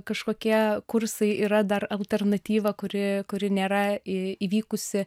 kažkokie kursai yra dar alternatyva kuri kuri nėra į įvykusi